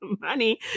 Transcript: Money